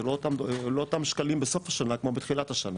זה לא אותם שקלים בסוף השנה כמו בתחילת השנה,